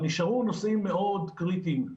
אבל נשארו נושאים מאוד קריטיים.